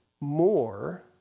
more